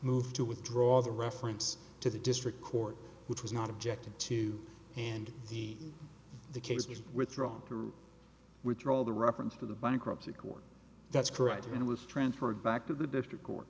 moved to withdraw the reference to the district court which was not objected to and the the case was withdrawn which are all the reference to the bankruptcy court that's correct and it was transferred back to the district court